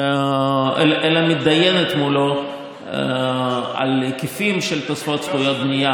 אלא מידיינת מולו על היקפים של תוספות זכויות בנייה,